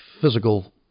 physical